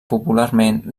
popularment